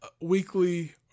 weekly